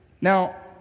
Now